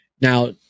now